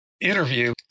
interview